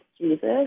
Jesus